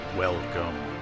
Welcome